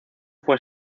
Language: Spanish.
fue